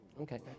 Okay